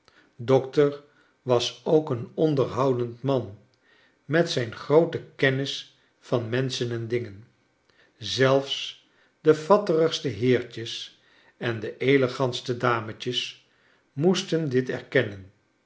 dokter was ook een onderhondend man met zijn groote kennis van meaischen en dingen zelfs de fatterigste heertjes en de elegantste dametjes moesten dit erkenuen